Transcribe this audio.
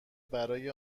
برای